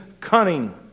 cunning